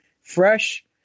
fresh